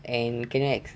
and can you ex~